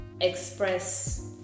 express